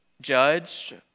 judged